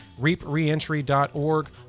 reapreentry.org